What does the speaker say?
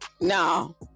No